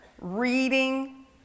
reading